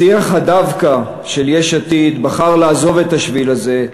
שיח הדווקא של יש עתיד בחר לעזוב את השביל הזה,